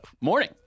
morning